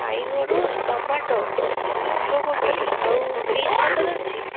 ବାଇଗଣ ଟମାଟୋ ଫୁଲକୋବି ଆଉ ଗ୍ରୀନ୍ ମଟର ଅଛି